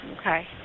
Okay